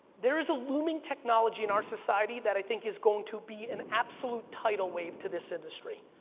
there is a looming technology in our society that i think is going to be an absolute tidal wave to this industry.